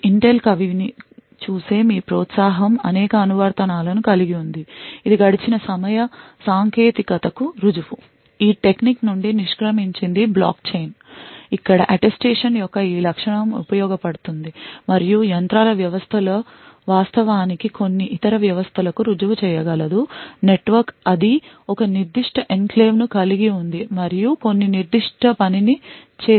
ఇది Intel కవిని చూసే మీ ప్రోత్సాహం అనేక అనువర్తనాలను కలిగి ఉంది ఇది గడిచిన సమయ సాంకేతికతకు రుజువు ఈ టెక్నిక్ నుండి నిష్క్రమించింది బ్లాక్ చైన్ ఇక్కడ అటెస్టేషన్ యొక్క ఈ లక్షణం ఉపయోగపడుతుంది మరియు యంత్రాల వ్యవస్థలు వాస్తవానికి కొన్ని ఇతర వ్యవస్థలకు రుజువు చేయగలవు నెట్వర్క్ అది ఒక నిర్దిష్ట ఎన్క్లేవ్ను కలిగి ఉంది మరియు కొన్ని నిర్దిష్ట పనిని చేసింది